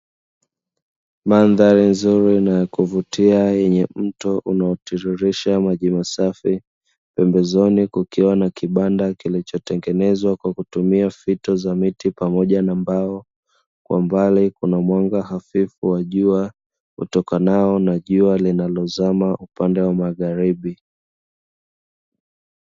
Mandhari nzuri na ya kuvutia yenye mto unaotiririsha maji masafi, pembezoni kukiwa na kibanda kilichotengenezwa kwa kutumia fito za miti pamoja na mbao, kwa mbali kuna mwanga hafifu wa jua utokanao na jua linalozama upande wa magharibi.